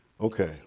Okay